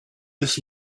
this